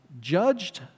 judged